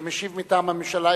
כמשיב מטעם הממשלה,